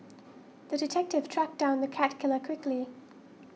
the detective tracked down the cat killer quickly